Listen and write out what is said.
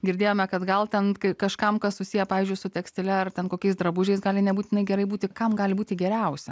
girdėjome kad gal ten kažkam kas susiję pavyzdžiui su tekstile ar ten kokiais drabužiais gali nebūtinai gerai būti kam gali būti geriausia